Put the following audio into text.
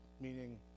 Meaning